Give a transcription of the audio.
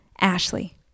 Ashley